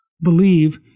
believe